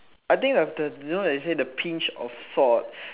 I think the that the one they say a pinch of salt